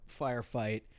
firefight